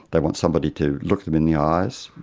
they want somebody to look them in the eyes,